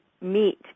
meet